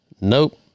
Nope